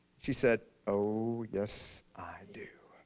she said, oh, yes. i do.